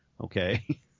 Okay